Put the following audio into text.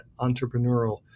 entrepreneurial